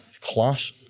class